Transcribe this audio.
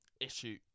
issue